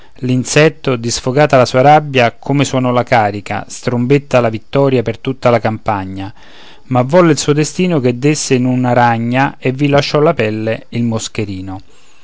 sabbia l'insetto disfogata la sua rabbia come suonò la carica strombetta la vittoria per tutta la campagna ma volle il suo destino che desse in una ragna e vi lasciò la pelle il moscherino